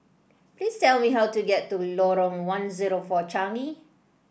please tell me how to get to Lorong one zero four Changi